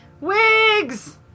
Wigs